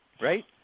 Right